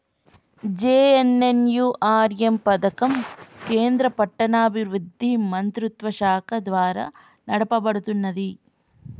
JNNURM పథకం కేంద్ర పట్టణాభివృద్ధి మంత్రిత్వశాఖ ద్వారా నడపబడుతున్నది